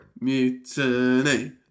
Mutiny